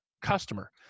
Customer